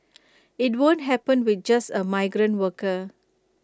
IT won't happen with just A migrant worker